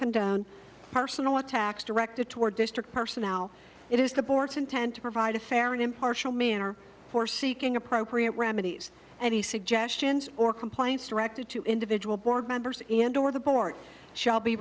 down personal attacks directed toward district personnel it is the boortz intend to provide a fair and impartial manner for seeking appropriate remedies any suggestions or complaints directed to individual board members and or the board shall be